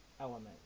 element